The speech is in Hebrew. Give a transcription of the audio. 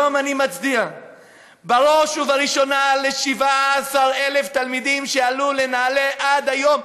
היום אני מצדיע בראש ובראשונה ל-17,000 תלמידים שעלו בנעל"ה עד היום.